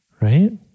right